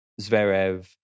Zverev